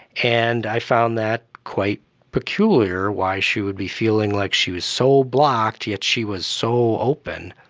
and i found that quite peculiar, why she would be feeling like she was so blocked yet she was so open.